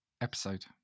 episode